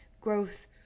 growth